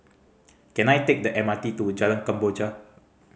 can I take the M R T to Jalan Kemboja